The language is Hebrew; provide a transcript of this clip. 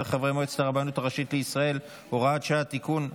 חברי מועצת הרבנות הראשית לישראל) (הוראת שעה) (תיקון),